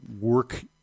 work